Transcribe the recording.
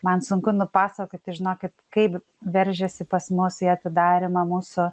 man sunku nupasakoti žinokit kaip veržėsi pas mus į atidarymą mūsų